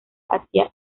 hacia